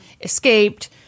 escaped